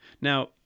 Now